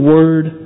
Word